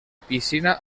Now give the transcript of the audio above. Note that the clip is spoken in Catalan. piscina